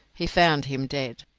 he found him dead.